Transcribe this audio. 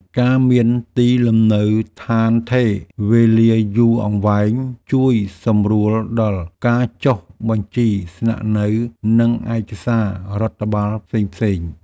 ការមានទីលំនៅឋានថេរវេលាយូរអង្វែងជួយសម្រួលដល់ការចុះបញ្ជីស្នាក់នៅនិងឯកសាររដ្ឋបាលផ្សេងៗ។